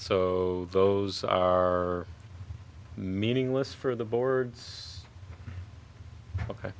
so those are meaningless for the board's ok